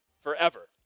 forever